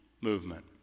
movement